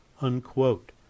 unquote